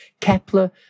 Kepler